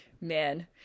Man